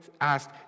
asked